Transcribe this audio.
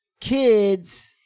kids